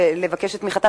לבקש את תמיכתם.